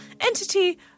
entity